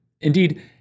Indeed